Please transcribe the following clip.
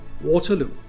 waterloo